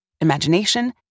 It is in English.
imagination